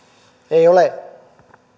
ei ole